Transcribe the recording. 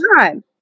time